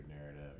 narrative